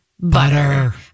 Butter